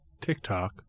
TikTok